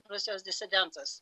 rusijos disidentas